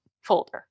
folder